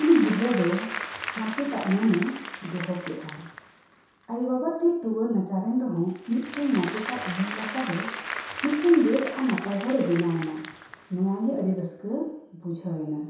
ᱩᱱᱤ ᱜᱤᱫᱽᱨᱟᱹ ᱫᱚ ᱢᱟᱪᱮᱫᱟᱜ ᱢᱟᱹᱱᱮ ᱫᱚᱦᱚ ᱠᱮᱫᱟ ᱟᱭᱩ ᱵᱟᱵᱟ ᱛᱮ ᱴᱩᱣᱟᱹᱨ ᱱᱟᱪᱟᱨᱮᱱ ᱨᱮᱦᱚᱸ ᱢᱤᱫᱴᱟᱝ ᱢᱟᱪᱮᱛᱟᱜ ᱩᱢᱩᱞ ᱞᱟᱛᱟᱨ ᱨᱮ ᱢᱤᱫᱴᱟᱝ ᱵᱮᱥ ᱟᱨ ᱱᱟᱯᱟᱭ ᱦᱚᱲᱮ ᱵᱮᱱᱟᱣ ᱮᱱᱟ ᱱᱚᱣᱟ ᱜᱮ ᱟᱹᱰᱤ ᱨᱟᱹᱥᱠᱟᱹ ᱵᱩᱡᱷᱟᱹᱣ ᱮᱱᱟ